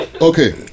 Okay